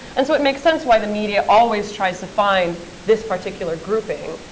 and so it makes sense why the media always tries to find this particular grouping.